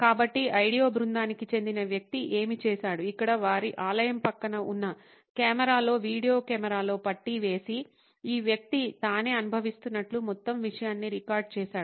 కాబట్టి ఐడియో బృందానికి చెందిన వ్యక్తి ఏమి చేసాడు ఇక్కడ వారి ఆలయం పక్కన ఉన్న కెమెరాలో వీడియో కెమెరాలో పట్టీ వేసిఈ వ్యక్తి తానే అనుభవిస్తున్నట్లు మొత్తం విషయాన్ని రికార్డ్ చేశాడు